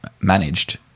managed